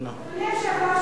אדוני היושב-ראש,